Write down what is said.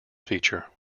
feature